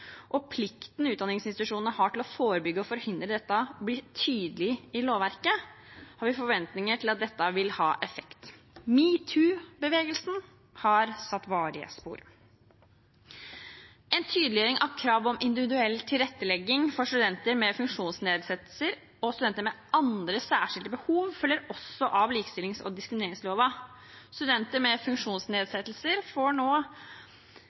og plikten utdanningsinstitusjonene har til å forebygge og forhindre dette, blir tydelig i lovverket, har vi forventninger til at dette vil ha effekt. Metoo-bevegelsen har satt varige spor. En tydeliggjøring av kravet om individuell tilrettelegging for studenter med funksjonsnedsettelser og studenter med andre særskilte behov følger også av likestillings- og diskrimineringsloven. Studenter med funksjonsnedsettelser får nå